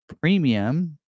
premium